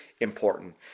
important